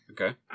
Okay